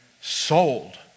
sold